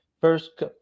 First